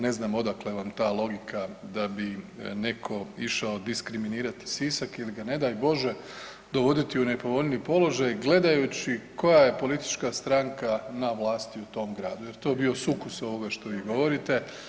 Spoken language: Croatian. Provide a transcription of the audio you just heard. Ne znam odakle vam ta logika da bi neko išao diskriminirati Sisak ili ga ne daj Bože dovoditi u nepovoljniji položaj gledajući koja je politička stranka na vlasti u tom gradu jer to je bio sukus ovoga što vi govorite.